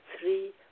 three